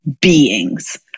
beings